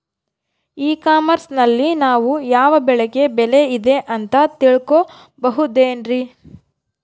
E commerce ನಲ್ಲಿ ನಾವು ಯಾವ ಬೆಳೆಗೆ ಬೆಲೆ ಇದೆ ಅಂತ ತಿಳ್ಕೋ ಬಹುದೇನ್ರಿ?